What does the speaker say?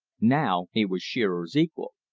now he was shearer's equal.